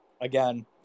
Again